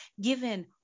given